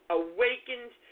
awakened